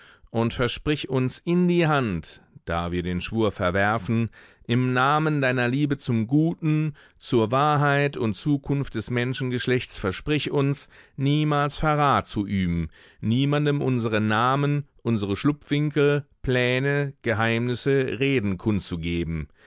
und versprich uns in die hand da wir den schwur verwerfen im namen deiner liebe zum guten zur wahrheit und zukunft des menschengeschlechts versprich uns niemals verrat zu üben niemandem unsere namen unsere schlupfwinkel pläne geheimnisse reden kundzugeben